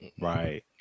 right